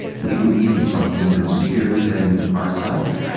we believe in something that's bigger than ourself.